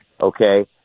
Okay